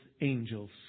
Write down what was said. angels